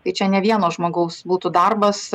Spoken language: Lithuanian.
tai čia ne vieno žmogaus būtų darbas